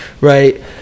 right